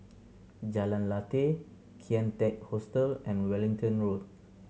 Jalan Lateh Kian Teck Hostel and Wellington Road